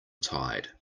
tide